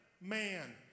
man